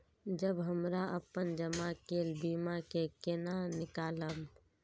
जब हमरा अपन जमा केल बीमा के केना निकालब?